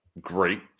great